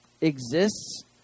exists